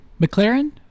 McLaren